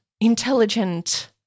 intelligent